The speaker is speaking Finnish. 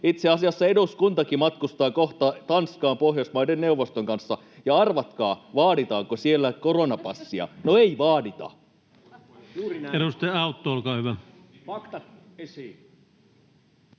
Itse asiassa eduskuntakin matkustaa kohta Tanskaan Pohjoismaiden neuvoston kanssa, ja arvatkaa, vaaditaanko siellä koronapassia. No ei vaadita. Edustaja Autto, olkaa hyvä. Arvoisa